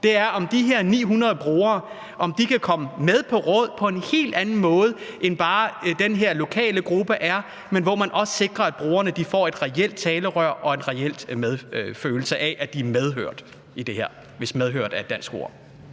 – at de her 900 brugere kan komme med på råd på en helt anden måde end bare gennem den her lokale gruppe, så man også sikrer, at brugerne får et reelt talerør og en reel følelse af at være medhørt – hvis medhørt er et dansk ord.